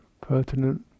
pertinent